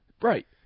right